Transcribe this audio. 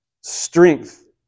strength